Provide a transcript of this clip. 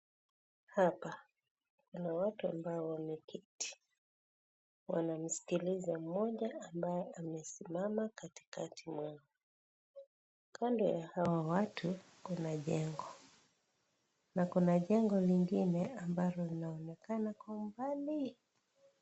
Hapa kuna watu ambao wameketi wanamsikiliza mmoja ambaye amesimama katikati mwao, kando ya hawa watu, kuna jengo. Na kuna jengo lingine ambalo linaonekana kwa umbali.